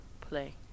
Play